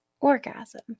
orgasm